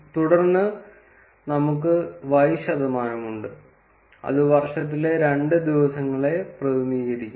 തുടർന്ന് നമുക്ക് y ശതമാനം ഉണ്ട് അത് വർഷത്തിലെ രണ്ട് ദിവസങ്ങളെ പ്രതിനിധീകരിക്കുന്നു